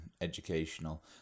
educational